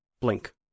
Blink